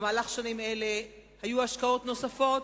בשנים האלה היו השקעות נוספות,